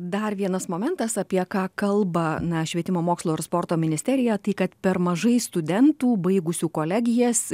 dar vienas momentas apie ką kalba na švietimo mokslo ir sporto ministerija tai kad per mažai studentų baigusių kolegijas